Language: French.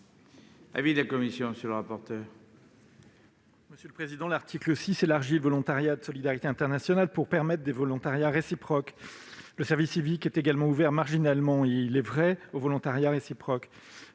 L'article 6 élargit le volontariat de solidarité internationale pour permettre le volontariat réciproque. Le service civique est également ouvert, marginalement il est vrai, à un dispositif de volontariat réciproque.